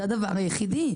זה הדבר היחיד.